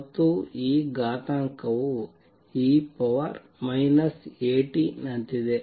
ಮತ್ತು ಈ ಘಾತಾಂಕವು e At ನಂತಿದೆ